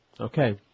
Okay